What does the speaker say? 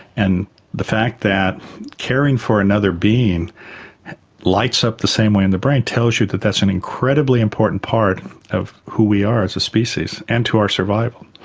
and the fact that caring for another being lights up the same way in the brain tells you that's an incredibly important part of who we are as a species and to our survival.